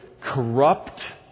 corrupt